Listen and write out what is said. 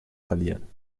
verlieren